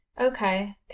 Okay